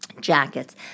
jackets